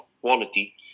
quality